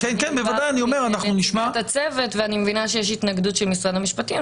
כי אני דיברתי עם נציגת הצוות ואני מבינה של משרד המשפטים.